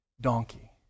donkey